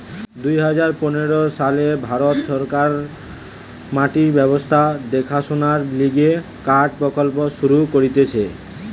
দুই হাজার পনের সালে ভারত সরকার মাটির স্বাস্থ্য দেখাশোনার লিগে কার্ড প্রকল্প শুরু করতিছে